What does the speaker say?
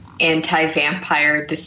Anti-vampire